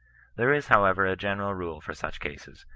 there is, however, a general rule for such cases,